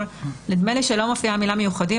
נדמה לי שלא מופיעה המילה "מיוחדים".